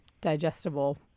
digestible